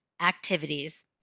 activities